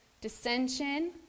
dissension